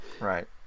Right